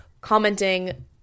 commenting